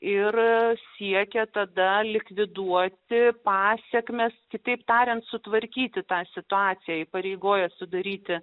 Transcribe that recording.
ir siekia tada likviduoti pasekmes kitaip tariant sutvarkyti tą situaciją įpareigojo sudaryti